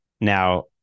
Now